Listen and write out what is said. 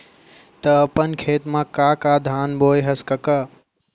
त अपन खेत म का का धान बोंए हस कका?